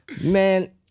Man